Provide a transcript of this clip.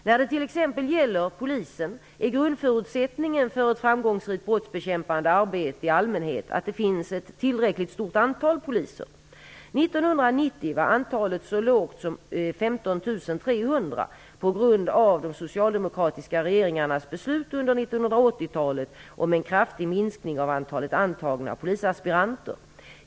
När det t.ex. gäller polisen är grundförutsättningen för ett framgångsrikt brottsbekämpande arbete i allmänhet att det finns ett tillräckligt stort antal poliser. 1990 var antalet poliser så lågt som 15 300 på grund av de socialdemokratiska regeringarnas beslut under 1980-talet om en kraftig minskning av antalet antagna polisaspiranter.